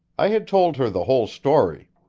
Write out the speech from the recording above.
i had told her the whole story.